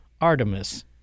Artemis